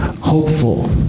hopeful